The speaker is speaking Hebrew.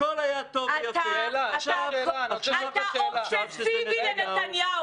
-- כשזה היה אהוד ברק בצאלים ב',